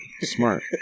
Smart